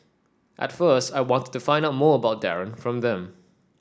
at first I wanted to find out more about Darren from them